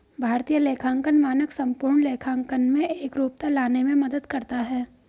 भारतीय लेखांकन मानक संपूर्ण लेखांकन में एकरूपता लाने में मदद करता है